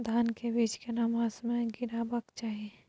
धान के बीज केना मास में गीराबक चाही?